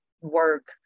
work